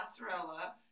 mozzarella